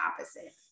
opposite